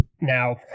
Now